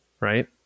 right